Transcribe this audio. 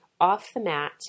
off-the-mat